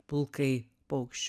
pulkai paukščių